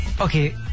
Okay